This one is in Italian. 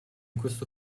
questo